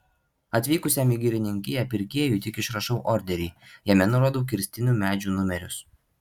atvykusiam į girininkiją pirkėjui tik išrašau orderį jame nurodau kirstinų medžių numerius